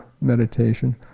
meditation